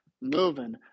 moving